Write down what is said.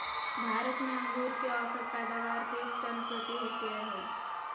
भारत में अंगूर के औसत पैदावार तीस टन प्रति हेक्टेयर हइ